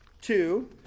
two